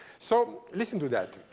so listen to that.